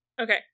Okay